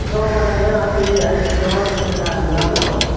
truck ମାନେ ନାଇ ଆସି ଯେ ଜହ ରେଟ୍ ହେଟା ହେଲାନ